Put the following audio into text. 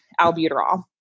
albuterol